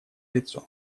лицо